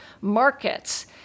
markets